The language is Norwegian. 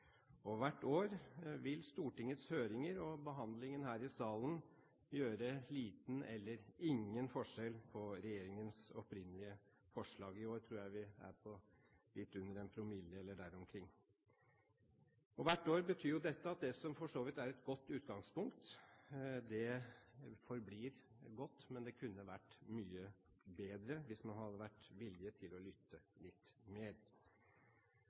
mye. Hvert år vil Stortingets høringer og behandlingen her i salen utgjøre liten eller ingen forskjell på regjeringens opprinnelige forslag. I år tror jeg det er på litt under 1 promille, eller der omkring. Og hvert år betyr dette at det som for så vidt er et godt utgangspunkt, forblir godt. Men det kunne vært mye bedre, hvis man hadde vært villig til å lytte litt